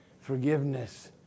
forgiveness